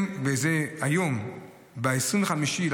ב-25 בנובמבר,